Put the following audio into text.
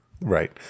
Right